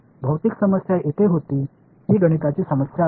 भौतिक समस्या येथे होती ही गणिताची समस्या आहे